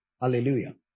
Hallelujah